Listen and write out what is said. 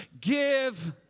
give